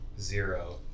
zero